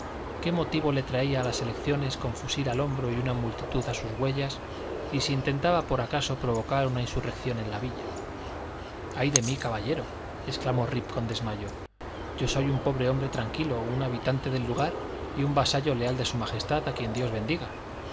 qué motivo le traía a las elecciones con fusil al hombro y una multitud a sus huellas y si intentaba por acaso provocar una insurrección en la villa ay de mí caballero exclamó rip con desmayo yo soy un pobre hombre tranquilo un habitante del lugar y un vasallo leal de su majestad a quien dios bendiga